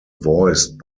voiced